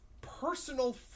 personal